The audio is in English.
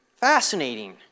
fascinating